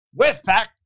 Westpac